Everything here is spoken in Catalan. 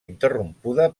interrompuda